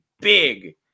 big